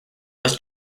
was